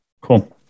cool